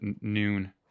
noon